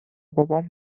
بابام